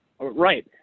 Right